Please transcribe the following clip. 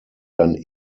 dann